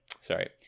Sorry